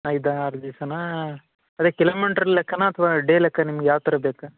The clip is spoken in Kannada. ಐದು ಆರು ದಿವ್ಸನಾ ಅದೇ ಕಿಲೋಮೀಟರ್ ಲೆಕ್ಕನಾ ಅಥ್ವಾ ಡೇ ಲೆಕ್ಕ ನಿಮ್ಗ ಯಾವ ಥರ ಬೇಕು